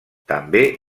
també